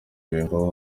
biyumvamo